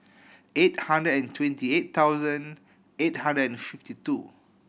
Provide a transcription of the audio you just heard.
eight hundred and twenty eight thousand eight hundred and fifty two